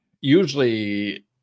usually